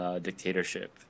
dictatorship